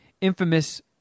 infamous